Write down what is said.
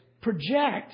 project